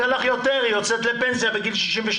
היא יוצאת לפנסיה בגיל 62